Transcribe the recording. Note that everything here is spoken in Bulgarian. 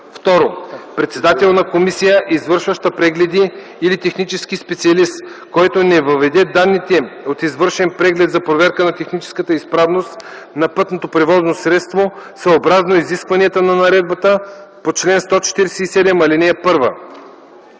1; 2. председател на комисия, извършваща прегледи, или технически специалист, който не въведе данните от извършен преглед за проверка на техническата изправност на пътно превозно средство съобразно изискванията на наредбата по чл. 147, ал. 1;